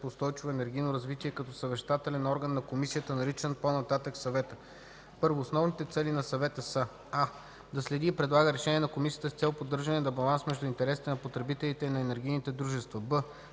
по устойчиво енергийно развитие като съвещателен орган на комисията, наричан по-нататък „Съвета”. 1. Основните цели на съвета са: а) да следи и предлага решения на комисията с цел поддържане на баланс между интересите на потребителите и на енергийните дружества; б)